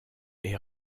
est